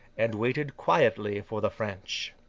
and waited quietly for the french.